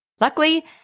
Luckily